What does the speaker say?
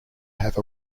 have